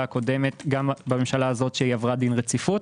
הקודמת וגם בממשלה הזו שעברה דין רציפות,